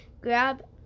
grab